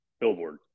billboard